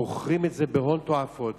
מוכרים את זה בהון תועפות.